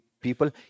people